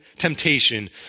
temptation